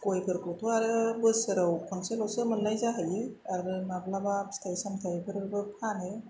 गयफोरखौथ' आरो बोसोराव खनसेल'सो मोननाय जाहैयो आरो माब्लाबा फिथाइ सामथाइफोरबो फानो